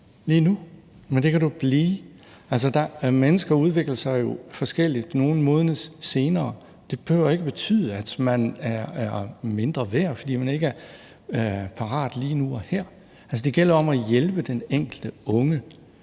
lige nu, men det kan du blive. Mennesker udvikler sig jo forskelligt, og nogle modnes senere, men det behøver ikke betyde, at man er mindre værd, fordi man ikke er parat lige nu og her. Altså, det gælder om at hjælpe den enkelte unge,